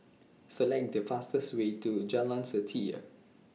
Select The fastest Way to Jalan Setia